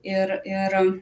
ir ir